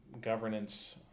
governance